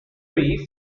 reef